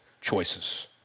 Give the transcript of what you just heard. choices